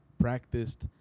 practiced